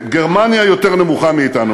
גרמניה יותר נמוכה מאתנו,